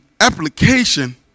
application